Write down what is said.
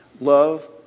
Love